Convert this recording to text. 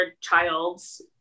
child's